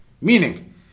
Meaning